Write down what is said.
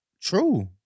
true